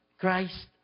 Christ